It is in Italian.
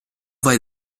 vai